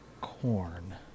corn